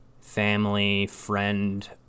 family-friend